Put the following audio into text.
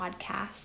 podcast